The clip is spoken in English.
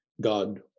god